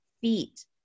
feet